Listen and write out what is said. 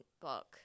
book